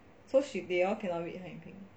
so she they all cannot read 汉语拼音